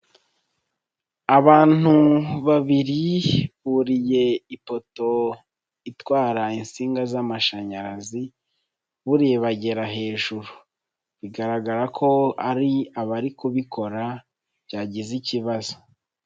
Abantu babiri buriye ifoto itwara insinga z'amashanyarazi, buriye bagera hejuru. Bigaragara ko ari abari kubikora byagize ikibazo.